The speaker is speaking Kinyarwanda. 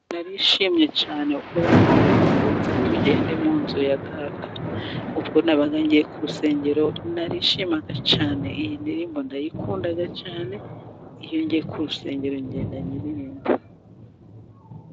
Narishimye cyane ubwo bambwiraga ngo nze tugende mu nzu ya data. Ubwo nabaga ngiye ku rusengero narishimaga cyane, iyi ndirimbo ndayikunda cyane, iyo ngiye ku rusengero ngenda nyiririmba.